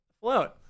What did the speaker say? float